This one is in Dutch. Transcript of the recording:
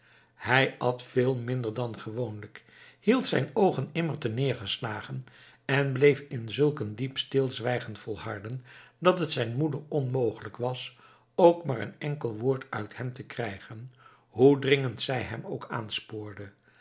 hij at veel minder dan gewoonlijk hield zijn oogen immer terneergeslagen en bleef in zulk een diep stilzwijgen volharden dat het zijn moeder onmogelijk was ook maar een enkel woord uit hem te krijgen hoe dringend zij hem ook aanspoorde